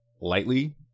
lightly